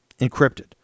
Encrypted